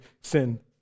sin